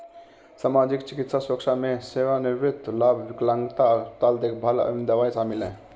सामाजिक, चिकित्सा सुरक्षा में सेवानिवृत्ति लाभ, विकलांगता, अस्पताल देखभाल और दवाएं शामिल हैं